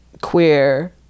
queer